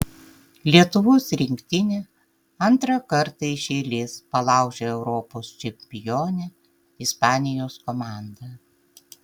lietuvos rinktinė antrą kartą iš eilės palaužė europos čempionę ispanijos komandą